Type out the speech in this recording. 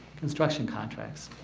construction contracts